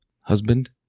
Husband